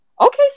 Okay